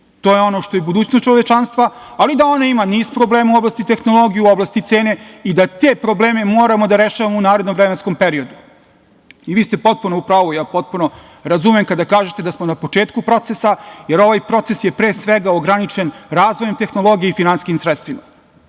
To je ono što je budućnost čovečanstva, ali da ona ima niz problema u oblasti tehnologije, u oblasti cene i da te probleme moramo da rešavamo u narednom vremenskom periodu. Vi ste potpuno u pravu, ja potpuno razumem kada kažete da smo na početku procesa, jer ovaj proces je pre svega ograničen razvojem tehnologije i finansijskim sredstvima.